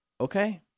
Okay